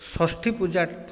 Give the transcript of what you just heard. ଷଷ୍ଠୀପୂଜା